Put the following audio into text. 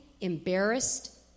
embarrassed